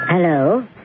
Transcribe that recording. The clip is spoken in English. Hello